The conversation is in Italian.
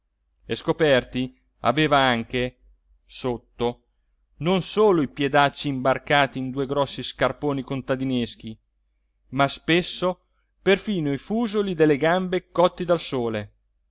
e scoperti aveva anche sotto non solo i piedacci imbarcati in due grossi scarponi contadineschi ma spesso perfino i fusoli delle gambe cotti dal sole